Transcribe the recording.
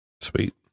Sweet